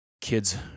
Kids